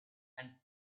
and